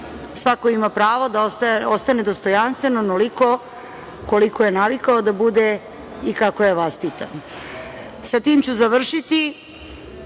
Svako ima pravo da ostane dostojanstven onoliko koliko je navikao da bude i kako je vaspitan. Sa tim ću završiti.